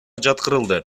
жаткырылды